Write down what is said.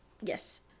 Yes